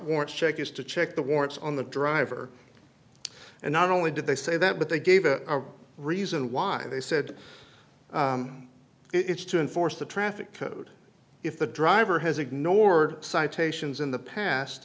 warrants check is to check the warrants on the driver and not only did they say that but they gave a reason why they said it's to enforce the traffic code if the driver has ignored citations in the past